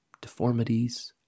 deformities